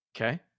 Okay